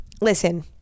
Listen